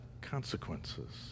consequences